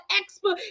expert